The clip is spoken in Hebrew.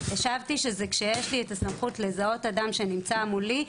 השבתי שכשיש לי את הסמכות לזהות אדם שנמצא מולי,